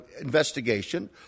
investigation